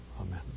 Amen